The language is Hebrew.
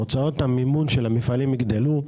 הוצאות המימון של המפעלים יגדלו.